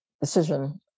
decision